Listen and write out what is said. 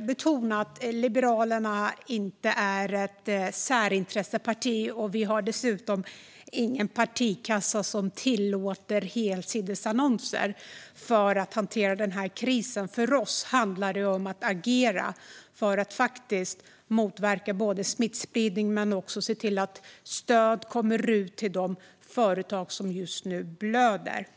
betona att Liberalerna inte är ett särintresseparti. Vi har dessutom inte någon partikassa som tillåter helsidesannonser när det gäller att hantera den här krisen. För oss handlar det om att agera för att faktiskt både motverka smittspridning och se till att stöd kommer ut till de företag som just nu blöder.